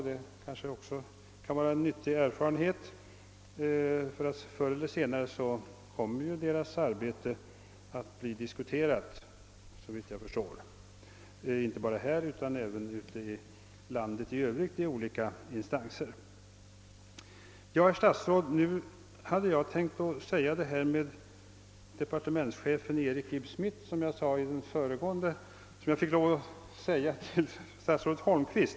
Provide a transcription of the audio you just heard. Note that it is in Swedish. Det kan kanske vara en nyttig erfarenhet, ty såvitt jag förstår kommer deras arbete förr eller senare att bli diskuterat inte bara här utan även i olika instanser ute i landet. Ja, herr statsråd, nu hade jag tänkt säga samma sak om departementschefeén Erik Ib Schmidt som jag fick lov att säga till statsrådet Holmqvist.